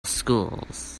schools